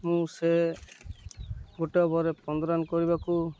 ମୁଁ ସେ ଗୋଟେ ପରେ ପନ୍ଦର ରନ୍ କରିବାକୁ